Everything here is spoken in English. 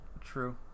True